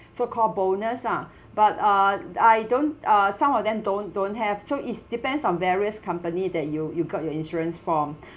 so called bonus ah but uh I don't uh some of them don't don't have so it's depends on various company that you you got your insurance from